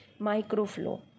Microflow